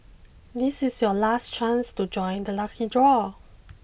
this is your last chance to join the lucky draw